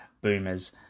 boomers